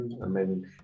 Amen